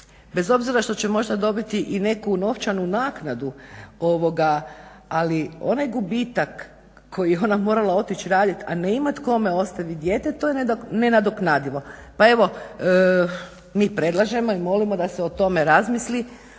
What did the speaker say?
bez obzira što će možda dobiti i neku novčanu naknadu ovoga ali onaj gubitak koji je ona morala otić radit a ne imat kome ostaviti dijete, to je nenadoknadivo. Pa evo mi predlažemo i molimo da se o tome razmisli